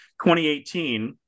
2018